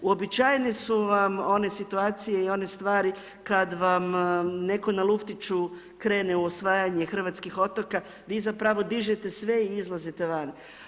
Uobičajene su vam one situacije i one stvari kada vam netko na luftiću krene u osvajanje hrvatskih otoka, vi zapravo dižete sve i izlazite van.